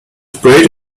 sprayed